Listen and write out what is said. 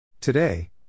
Today